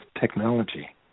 technology